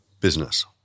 business